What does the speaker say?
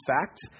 fact